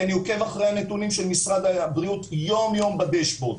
אני עוקב הנתונים של משרד הבריאות יום יום בדשבורד,